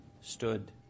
stood